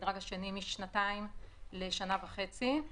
ובמדרג השני - משנתיים לשנה וחצי.